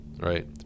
right